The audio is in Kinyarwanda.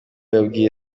yabwiye